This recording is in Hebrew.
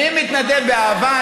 אני מתנדב באהבה,